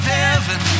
heaven